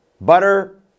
Butter